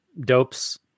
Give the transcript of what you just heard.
dopes